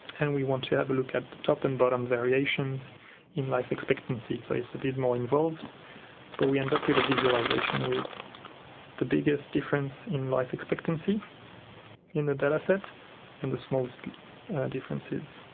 and we want to have a look at top and bottom variations in life expectancy, so it's a bit more involved but we end up with a visualisation with the biggest difference in life expectancy in the data set and the smallest differences.